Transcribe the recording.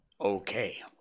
Okay